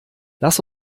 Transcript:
lass